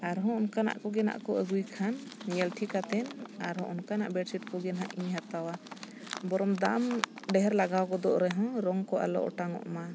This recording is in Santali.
ᱟᱨᱦᱚᱸ ᱚᱱᱠᱟᱱᱟᱜ ᱠᱚᱜᱮ ᱱᱟᱜ ᱠᱚ ᱟᱹᱜᱩᱭ ᱠᱷᱟᱱ ᱧᱮᱞ ᱴᱷᱤᱠ ᱠᱟᱛᱮᱫ ᱟᱨᱦᱚᱸ ᱚᱱᱠᱟᱱᱟᱜ ᱵᱮᱰᱥᱤᱴ ᱠᱚᱜᱮ ᱱᱟᱜ ᱤᱧ ᱦᱟᱛᱟᱣᱟ ᱵᱚᱨᱚᱱ ᱫᱟᱢ ᱰᱷᱮᱨ ᱞᱟᱜᱟᱣ ᱜᱚᱫᱚᱜ ᱨᱮᱦᱚᱸ ᱨᱚᱝ ᱠᱚ ᱟᱞᱚ ᱚᱴᱟᱝᱚᱜᱼᱢᱟ